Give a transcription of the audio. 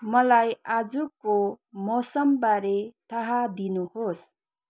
मलाई आजुको मौसमबारे थाह दिनुहोस्